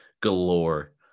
galore